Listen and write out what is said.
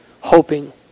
hoping